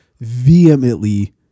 vehemently